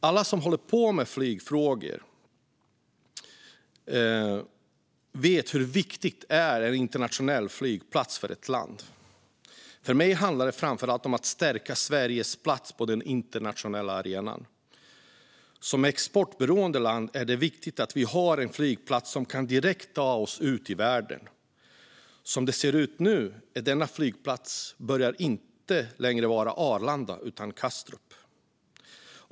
Alla som håller på med flygfrågor vet hur viktig en internationell flygplats är för ett land. För mig handlar det framför allt om att stärka Sveriges position på den internationella arenan. För oss i ett exportberoende land är det viktigt att vi har en flygplats som direkt kan ta oss ut i världen. Som det ser ut nu håller denna flygplats på att bli Kastrup i stället för Arlanda.